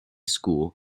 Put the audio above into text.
school